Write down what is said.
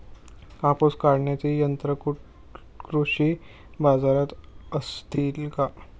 कापूस काढण्याची यंत्रे कृषी बाजारात असतील का?